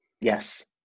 yes